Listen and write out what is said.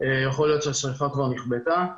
יכול להיות שהשריפה כבר נכתבה,